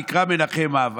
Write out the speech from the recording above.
הוא נקרא מנחם אב,